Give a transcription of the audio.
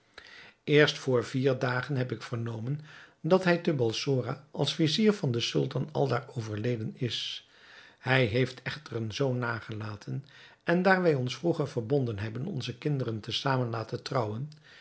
eerst vr vier dagen heb ik vernomen dat hij te balsora als vizier van den sultan aldaar overleden is hij heeft echter een zoon nagelaten en daar wij ons vroeger verbonden hebben onze kinderen te zamen te laten trouwen